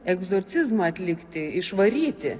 egzorcizmą atlikti išvaryti